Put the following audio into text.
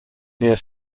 near